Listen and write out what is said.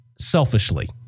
selfishly